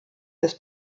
des